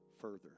further